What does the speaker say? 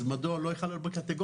אז מדוע לא ייכלל בקטגוריה?